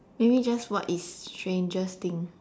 maybe just what is strangest thing